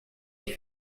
ich